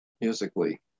musically